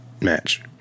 match